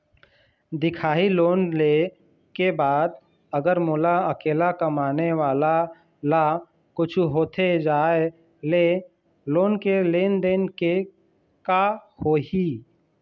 दिखाही लोन ले के बाद अगर मोला अकेला कमाने वाला ला कुछू होथे जाय ले लोन के लेनदेन के का होही?